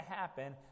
happen